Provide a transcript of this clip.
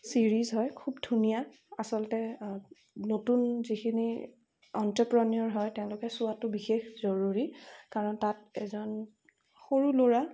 series হয় খুব ধুনীয়া আচলতে নতুন যিখিনি অন্তপ্ৰণিয়ৰ হয় তেওঁলোকে চোৱাটো বিশেষ জৰুৰী কাৰণ তাত এজন সৰু ল'ৰা